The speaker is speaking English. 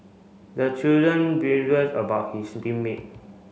the children about his team mate